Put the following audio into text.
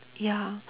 ya